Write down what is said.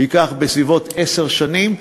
ייקח בסביבות עשר שנים,